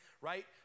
right